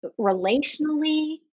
relationally